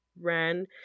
ran